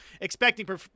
expecting